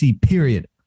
period